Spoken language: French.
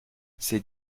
ces